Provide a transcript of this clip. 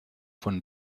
von